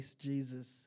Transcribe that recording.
Jesus